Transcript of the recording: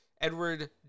Edward